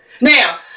Now